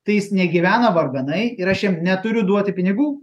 tai jis negyvena varganai ir aš jam neturiu duoti pinigų